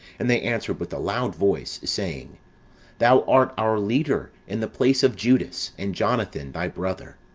and they answered with a loud voice, saying thou art our leader in the place of judas, and jonathan, thy brother